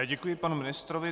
Děkuji panu ministrovi.